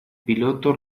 piloto